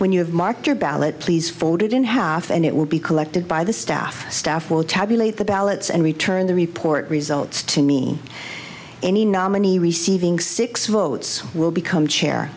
when you have marked your ballot please folded in half and it will be collect by the staff staff will tabulate the ballots and return the report results to me any nominee receiving six votes will become chair